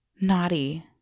naughty